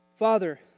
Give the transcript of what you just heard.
Father